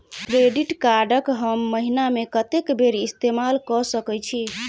Credit card कऽ हम महीना मे कत्तेक बेर इस्तेमाल कऽ सकय छी?